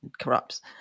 corrupts